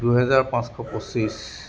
দুহেজাৰ পাঁচশ পঁচিছ